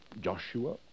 Joshua